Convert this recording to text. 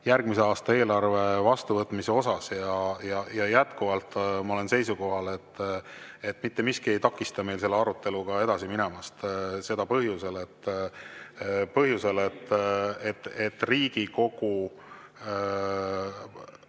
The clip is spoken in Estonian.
järgmise aasta eelarve vastuvõtmise üle. Jätkuvalt olen ma seisukohal, et mitte miski ei takista meid selle aruteluga edasi minemast. Seda põhjusel, et Riigikogu